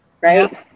Right